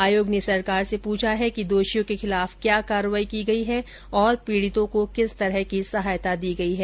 आयोग ने सरकार से पूछा है कि दोषियों के खिलाफ क्या कार्रवाई की गयी है और पीडितों को किस तरह की सहायता दी गयी है